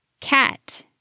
Cat